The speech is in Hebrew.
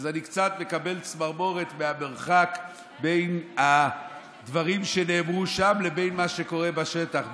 אני קצת מקבל צמרמורת מהמרחק בין הדברים שנאמרו שם לבין מה שקורה בשטח,